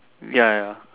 ya ya ya